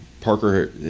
Parker